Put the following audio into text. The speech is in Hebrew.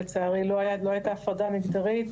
ולצערי לא הייתה הפרדה מגדרית.